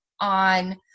on